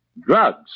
Drugs